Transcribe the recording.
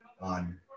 on